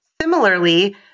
Similarly